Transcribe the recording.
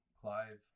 Clive